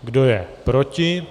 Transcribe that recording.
Kdo je proti?